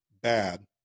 bad